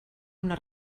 una